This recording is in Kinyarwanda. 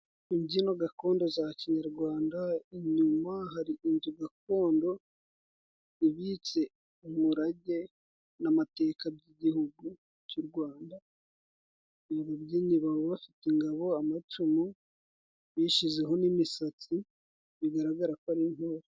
Imbyino gakondo za Kinyarwanda, inyuma hari inzu gakondo ibitse umurage n'amateka by'igihugu cy'u Rwanda, ababyinnyi baba bafite ingabo, amacumu, bishyizeho n'imisatsi, bigaragara ko ari intore.